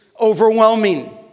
overwhelming